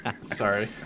sorry